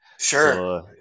Sure